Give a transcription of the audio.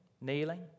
kneeling